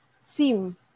seem